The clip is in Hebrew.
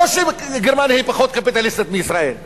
לא שגרמניה היא פחות קפיטליסטית מישראל,